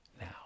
Now